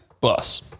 bus